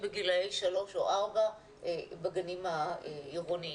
בגילאי שלוש או ארבע בגנים העירוניים.